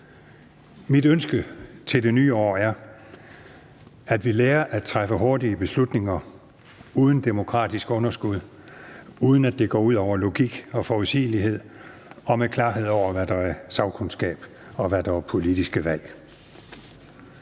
Mit ønske til det nye år er, at vi lærer at træffe hurtige beslutninger uden demokratisk underskud, uden at det går ud over logik og forudsigelighed, og med klarhed over, hvad der er sagkundskab, og hvad der er politiske valg.